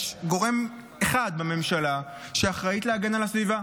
יש גורם אחד בממשלה שאחראית להגן על הסביבה,